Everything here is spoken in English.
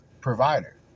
provider